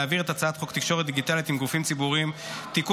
להעביר את הצעת חוק תקשורת דיגיטלית עם גופים ציבוריים (תיקון,